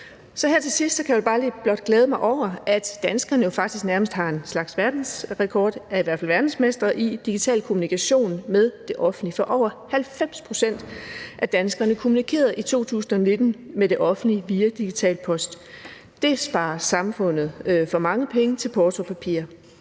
Så her til sidst vil jeg blot glæde mig over, at danskerne jo faktisk nærmest har en slags verdensrekord – vi er i hvert fald verdensmestre – i digital kommunikation med det offentlige, for over 90 pct. af danskerne kommunikerede i 2019 med det offentlige via digital post. Det sparer samfundet mange penge til porto og papir.